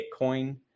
bitcoin